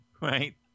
Right